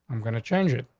i'm going to change it.